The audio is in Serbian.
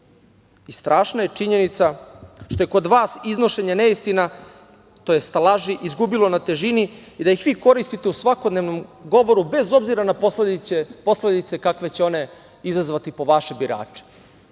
grada. Strašna je činjenica što je kod vas iznošenje neistina, tj. laži, izgubilo na težini i da ih vi koristite u svakodnevnom govoru, bez obzira na posledice kakve će one izazvati po vaše birače.